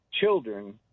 children